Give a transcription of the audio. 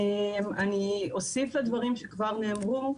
אני אוסיף לדברים שכבר נאמרו.